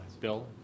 Bill